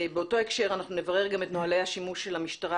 באותו הקשר אנחנו נברר גם את נהלי השימוש של המשטרה